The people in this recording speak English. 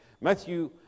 Matthew